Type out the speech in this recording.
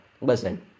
listen